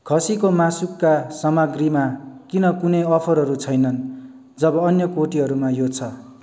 खसीको मासुका सामाग्रीमा किन कुनै अफरहरू छैनन् जब अन्य कोटीहरूमा यो छ